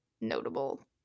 notable